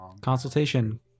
Consultation